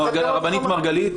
הרבנית מרגלית.